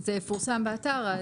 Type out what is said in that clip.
זה יפורסם באתר.